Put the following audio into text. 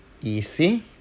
easy